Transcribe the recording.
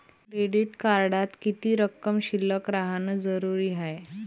Credit कार्डात किती रक्कम शिल्लक राहानं जरुरी हाय?